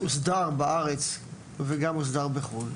והוסדר בארץ וגם בחו"ל.